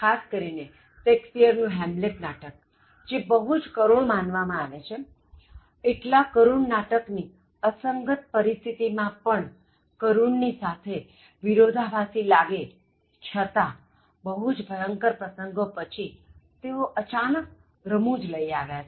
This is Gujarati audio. ખાસ કરી ને શેક્સપિઅર નું હેમ્લેટ નાટક જે બહુ જ કરુણ માનવા માં આવે છે એટલા કરૂણ નાટકની અસંગત પરિસ્થિતિમાં પણ કરૂણ ની સાથે વિરોધાભાસી લાગે છતાંં બહુ જ ભયંકર પ્રસંગો પછી તેઓ અચાનક રમૂજ લઈ આવ્યા છે